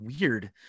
weird